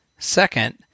Second